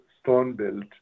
stone-built